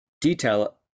detail